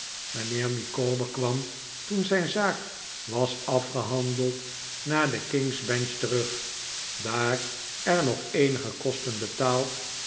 mijnheer micawber kwam toen zijn zaak was afgehandeld naar de king's bench terug daar er nog eenige kosten betaald